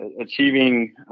achieving